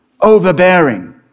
overbearing